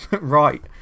Right